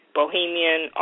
bohemian